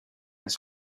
his